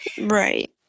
Right